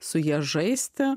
su ja žaisti